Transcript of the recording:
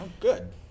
good